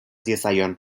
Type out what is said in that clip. diezaion